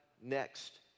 next